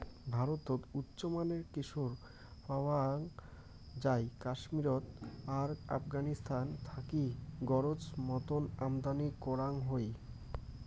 ভারতত উচ্চমানের কেশর পাওয়াং যাই কাশ্মীরত আর আফগানিস্তান থাকি গরোজ মতন আমদানি করাং হই